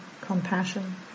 compassion